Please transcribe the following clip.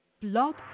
Blog